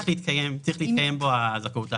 צריכה להתקיים בו הזכאות להטבה.